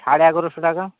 সাড়ে এগারোশো টাকা